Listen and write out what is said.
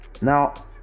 Now